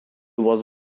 was